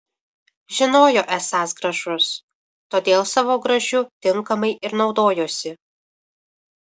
žinojo esąs gražus todėl savo grožiu tinkamai ir naudojosi